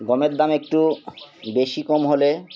গমের দাম একটু বেশি কম হলে